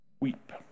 weep